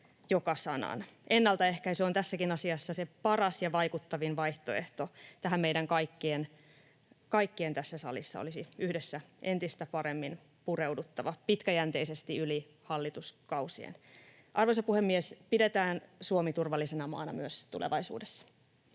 joka sanan. Ennaltaehkäisy on tässäkin asiassa se paras ja vaikuttavin vaihtoehto. Tähän meidän kaikkien tässä salissa olisi yhdessä entistä paremmin pureuduttava, pitkäjänteisesti yli hallituskausien. Arvoisa puhemies! Pidetään Suomi turvallisena maana myös tulevaisuudessa.